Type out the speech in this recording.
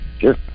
Sure